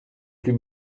plus